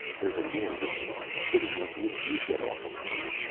there's a war going on. you'll be lucky if you get off alive.